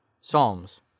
Psalms